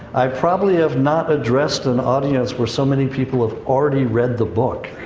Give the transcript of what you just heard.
i probably have not addressed an audience where so many people have already read the book.